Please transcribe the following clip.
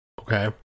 Okay